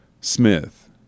Smith